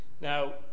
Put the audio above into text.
Now